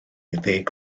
ddeg